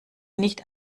nicht